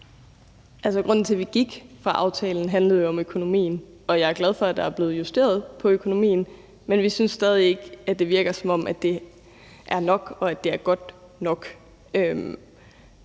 Grunden til, at vi gik fra aftalen, handlede jo om økonomien. Og jeg er glad for, at der er blevet justeret på økonomien, men vi synes stadig ikke, at det virker, som om det er nok, og at det er godt nok.